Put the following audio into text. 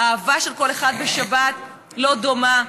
האהבה של כל אחד לשבת לא דומה.